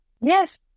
yes